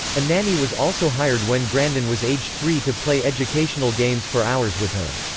a nanny was also hired when grandin was aged three to play educational games for hours with her.